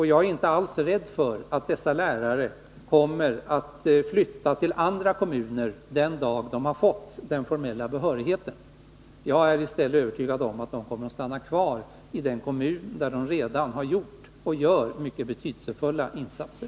Jag är inte alls rädd för att dessa lärare kommer att flytta till andra kommuner den dag de har fått den formella behörigheten. Jag är i stället övertygad om att de kommer att stanna kvar i den kommun där de redan har gjort och fortfarande gör mycket betydelsefulla insatser.